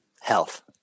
health